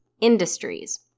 industries